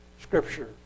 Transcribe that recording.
scripture